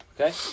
Okay